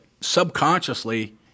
subconsciously